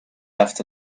after